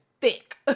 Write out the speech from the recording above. thick